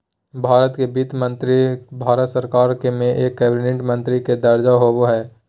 भारत के वित्त मंत्री भारत सरकार में एक कैबिनेट मंत्री के दर्जा होबो हइ